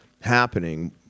happening